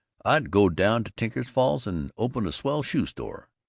i'd go down to tinker's falls and open a swell shoe store.